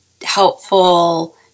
helpful